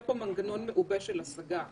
שאובחנו מבלי שאותרו על בסיס פעולות סיוע או